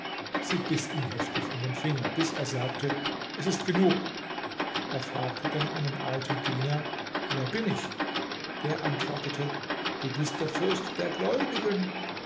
sie biß ihn heftig in den finger bis er sagte es ist genug er fragte dann einen alten diener wer bin ich der antwortete du bist der fürst der gläubigen